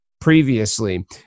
previously